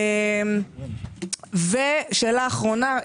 ושאלה אחרונה,